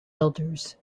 elders